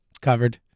covered